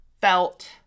felt